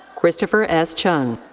christopher s. chung.